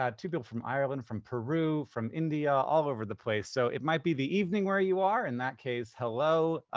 two people from ireland. from peru, from india, all over the place. so it might be the evening where you are. in that case, hello,